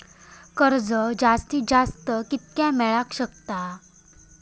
कर्ज जास्तीत जास्त कितक्या मेळाक शकता?